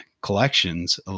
collections